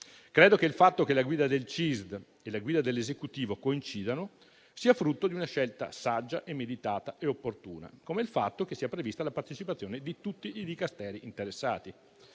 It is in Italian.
Credo che il fatto che la guida del CISD e quella dell'Esecutivo coincidano sia frutto di una scelta saggia, meditata e opportuna, come il fatto che sia prevista la partecipazione di tutti i Dicasteri interessati.